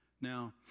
Now